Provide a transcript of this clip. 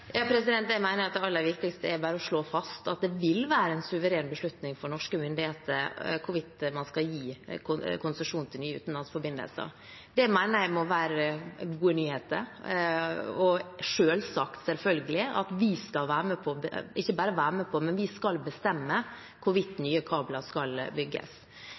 Jeg mener at det aller viktigste er bare å slå fast at det vil være en suveren beslutning for norske myndigheter hvorvidt man skal gi konsesjon til nye utenlandsforbindelser. Det mener jeg må være gode nyheter. Og det er selvsagt at vi skal være med på å bestemme, og ikke bare «være med på», men vi skal bestemme hvorvidt nye kabler skal bygges.